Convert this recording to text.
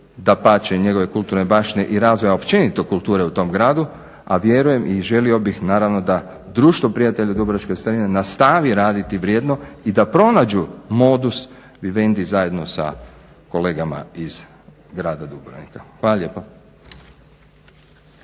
dapače njegove kulturne baštine i razvoja općenito kulture u tom gradu, a vjerujem i želio bih naravno da Društvo prijatelja dubrovačkih starina nastaviti raditi vrijedno i da pronađu modus vivendi zajedno sa kolegama iz grada Dubrovnika. Hvala lijepa.